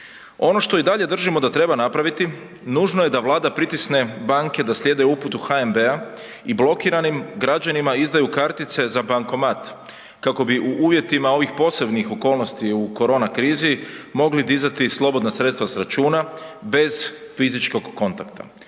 Ono što i dalje držimo da treba napraviti, nužno je da Vlada pritisne banke da slijede uputu HNB-a i blokiranim građanima izdaju kartice za bankomat kako bi u uvjetima ovih posebnih okolnosti u korona krizi mogli dizati slobodna sredstva s računa bez fizičkog kontakta.